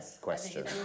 question